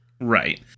right